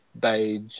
beige